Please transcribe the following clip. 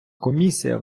комісія